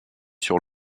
sur